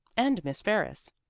and miss ferris!